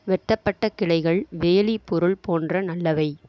வெட்டப்பட்ட கிளைகள் வேலி பொருள் போன்ற நல்லவை